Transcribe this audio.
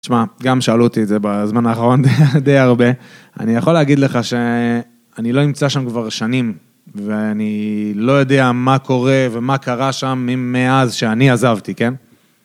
שמע, גם שאלו אותי את זה בזמן האחרון די הרבה, אני יכול להגיד לך שאני לא נמצא שם כבר שנים, ואני לא יודע מה קורה ומה קרה שם מאז שאני עזבתי, כן?